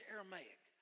Aramaic